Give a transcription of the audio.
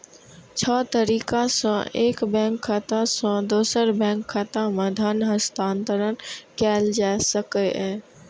छह तरीका सं एक बैंक खाता सं दोसर बैंक खाता मे धन हस्तांतरण कैल जा सकैए